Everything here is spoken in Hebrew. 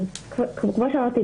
אז כמו שאמרתי,